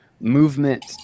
movement